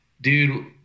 dude